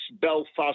Belfast